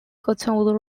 cottonwood